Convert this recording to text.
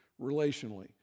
relationally